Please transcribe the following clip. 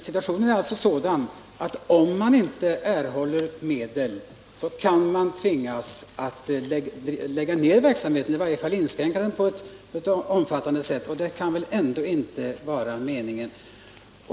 Situationen är alltså sådan att man, om man inte erhåller ytterligare medel, kan tvingas att lägga ned verksamheten eller i varje fall i stor omfattning inskränka den, och det kan väl ändå inte vara meningen.